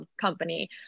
company